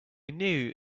knew